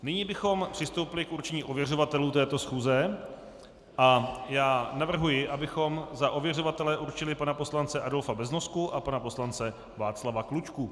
Nyní bychom přistoupili k určení ověřovatelů této schůze a já navrhuji, abychom za ověřovatele určili pana poslance Adolfa Beznosku a pana poslance Václava Klučku.